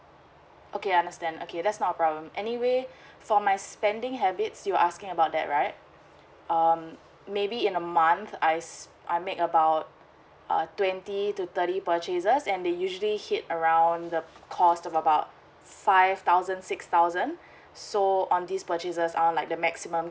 okay understand okay that's not a problem anyway for my spending habits you asking about that right um maybe in a month I s~ I make about err twenty to thirty purchases and they usually hit around the cost of about five thousand six thousand so um this purchases are like the maximum